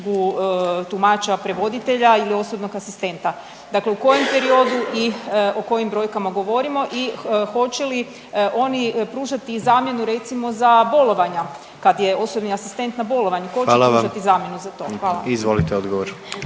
mi je. Izvolite odgovor.